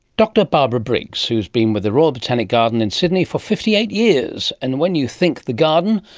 dr barbara briggs, who's been with the royal botanic garden in sydney for fifty eight years. and when you think the garden,